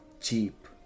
cheap